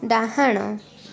ଡ଼ାହାଣ